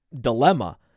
dilemma